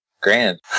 grand